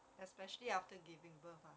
especially after giving birth ah